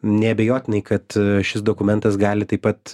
neabejotinai kad šis dokumentas gali taip pat